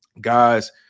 guys